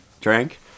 Drank